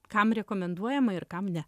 kam rekomenduojama ir kam ne